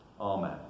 Amen